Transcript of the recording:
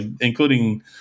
including